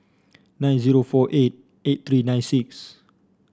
nine zero four eight eight three nine six